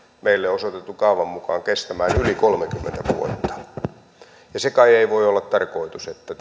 meille osoitetun kaavan mukaan kestämään yli kolmekymmentä vuotta se kai ei voi olla tarkoitus että